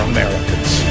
Americans